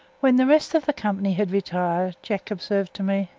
when the rest of the company had retired, jack observed to me